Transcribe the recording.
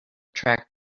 track